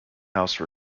house